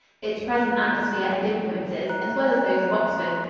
its present atmosphere and influences, as well as those of oxford,